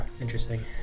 interesting